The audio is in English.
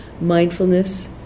mindfulness